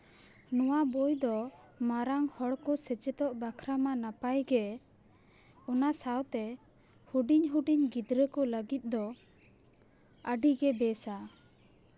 ᱱᱚᱣᱟ ᱵᱳᱭ ᱫᱚ ᱢᱟᱨᱟᱝ ᱦᱚᱲ ᱠᱚ ᱥᱮᱪᱮᱫᱚᱜ ᱵᱟᱠᱷᱨᱟ ᱢᱟ ᱱᱟᱯᱟᱭ ᱜᱮ ᱚᱱᱟ ᱥᱟᱶᱛᱮ ᱦᱩᱰᱤᱧ ᱦᱩᱰᱤᱧ ᱜᱤᱫᱽᱨᱟᱹ ᱠᱚ ᱞᱟᱹᱜᱤᱫ ᱫᱚ ᱟᱹᱰᱤᱜᱮ ᱵᱮᱥᱼᱟ